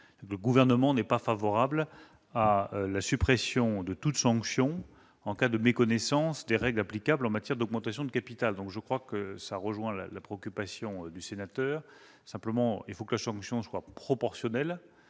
Le Gouvernement n'est pas favorable à la suppression de toute sanction en cas de méconnaissance des règles applicables en matière d'augmentation de capital. Cela rejoint la préoccupation de M. Requier. Simplement, il faut que la sanction soit proportionnelle.